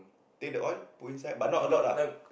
take the oil put inside but not a lot ah